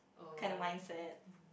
kind of mindset